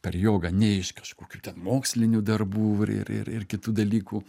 per jogą ne iš kažkokių ten mokslinių darbų ir ir ir kitų dalykų